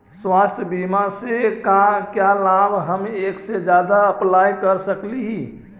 स्वास्थ्य बीमा से का क्या लाभ है हम एक से जादा अप्लाई कर सकली ही?